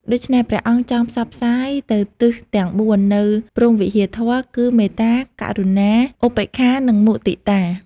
ដូច្នេះ ព្រះអង្គចង់ផ្សព្វផ្សាយទៅទិសទាំង៤ នូវព្រហ្មវិហារធម៌ គឺមេត្តា ករុណា ឧបេក្ខា និងមុទិតា។